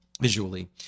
visually